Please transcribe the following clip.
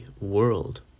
world